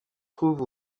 trouve